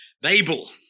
Babel